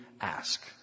ask